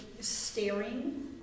staring